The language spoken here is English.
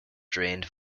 drained